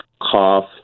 cough